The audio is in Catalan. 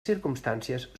circumstàncies